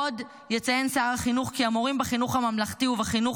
עוד מציין שר החינוך כי המורים בחינוך הממלכתי ובחינוך